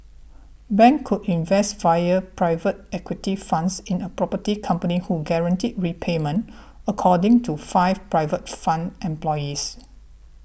banks could invest via private equity funds in a property companies who guaranteed repayment according to five private fund employees